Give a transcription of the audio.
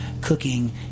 Cooking